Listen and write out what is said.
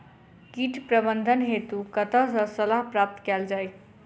कीट प्रबंधन हेतु कतह सऽ सलाह प्राप्त कैल जाय?